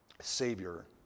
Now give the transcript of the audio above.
savior